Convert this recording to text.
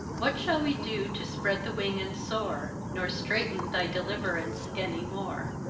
what shall we do to spread the wing and soar, nor straiten thy deliverance any more?